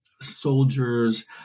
soldiers